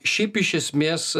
šiaip iš esmės